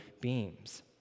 beams